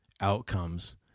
outcomes